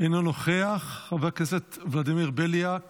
אינו נוכח, חבר הכנסת ולדימיר בליאק